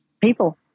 people